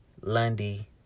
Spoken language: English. Lundy